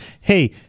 hey